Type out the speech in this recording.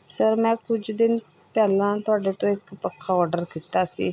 sir ਮੈਂ ਕੁਝ ਦਿਨ ਪਹਿਲਾਂ ਤੁਹਾਡੇ ਤੋਂ ਇੱਕ ਪੱਖਾ ਓਡਰ ਕੀਤਾ ਸੀ